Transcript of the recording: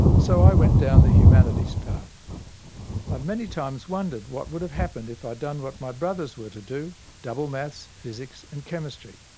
so i went down the humanities path. i have many times wondered what would have happened if i had done what my brothers were to do double maths, physics and chemistry.